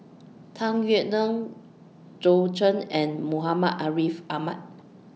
Tung Yue Nang Zhou Can and Muhammad Ariff Ahmad